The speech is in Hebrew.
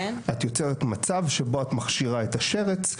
את יוצרת מצב שבו את מכשירה את השרץ,